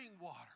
water